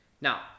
Now